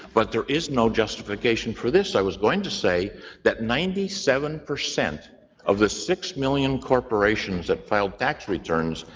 but there is no justification for this. i was going to say that ninety seven percent of the six million corporations that filed tax returns.